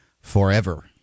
forever